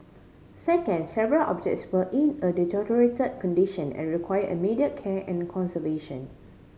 second several objects were in a deteriorate condition and require immediate care and conservation